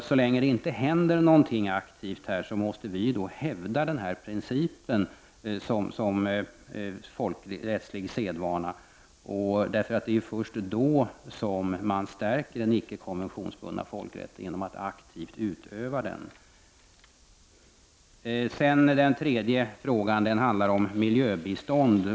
Så länge det inte händer någonting aktivt, måste vi hävda denna princip som folkrättslig sedvana. Det är först genom att aktivt utöva den icke konventionsbundna folkrätten som man stärker den. Den tredje frågan handlar om miljöbistånd.